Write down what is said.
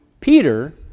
Peter